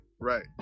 right